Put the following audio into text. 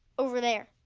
over there?